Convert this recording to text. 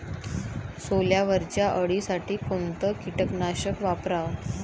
सोल्यावरच्या अळीसाठी कोनतं कीटकनाशक वापराव?